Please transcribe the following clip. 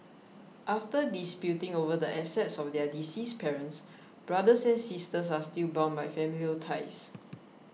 after disputing over the assets of their deceased parents brothers and sisters are still bound by familial ties